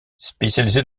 spécialisé